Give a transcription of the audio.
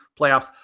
playoffs